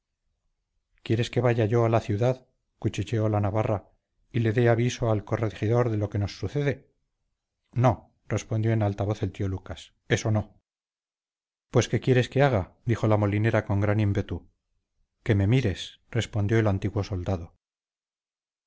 quieres que vaya yo a la ciudad cuchicheó la navarra y le dé aviso al corregidor de lo que nos sucede no respondió en alta voz el tío lucas eso no pues qué quieres que haga dijo la molinera con gran ímpetu que me mires respondió el antiguo soldado